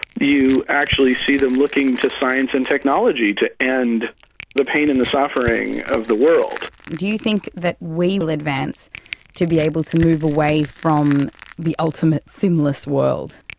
you actually see them looking to science and technology to end the pain and the suffering of the world. do you think that we will advance to be able to move away from the ultimate sinless world?